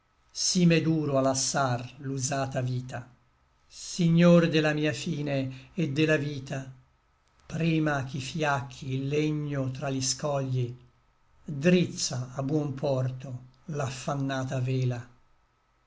sí m'è duro a lassar l'usata vita signor de la mia fine et de la vita prima ch'i fiacchi il legno tra gli scogli drizza a buon porto l'affannata vela